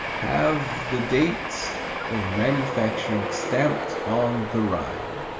have the date of manufacture stamped on the rind,